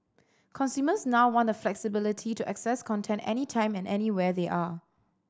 consumers now want the flexibility to access content any time and anywhere they are